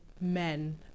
men